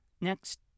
next